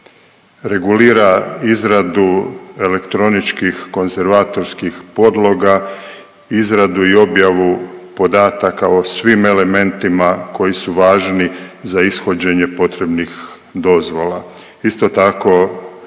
regulira izradu elektroničkih konzervatorskih podloga, izradu i objavu podataka o svim elementima koji su važni za ishođenje potrebnih dozvola. Isto tako